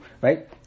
right